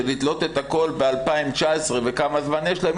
לתלות את הכול ב-2019 וכמה זמן יש להם,